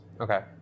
Okay